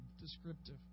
descriptive